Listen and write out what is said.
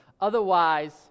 Otherwise